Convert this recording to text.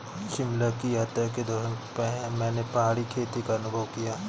शिमला की यात्रा के दौरान मैंने पहाड़ी खेती का अनुभव किया